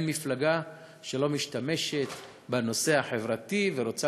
אין מפלגה שלא משתמשת בנושא החברתי ורוצה